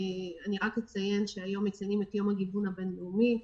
אני רק אציין שהיום מציינים את יום הגיוון הבין-לאומי.